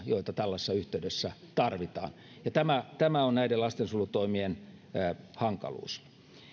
joita tällaisessa yhteydessä tarvitaan tapahtuvat pääosin tai kokonaan suomessa ja tämä on näiden lastensuojelutoimien hankaluus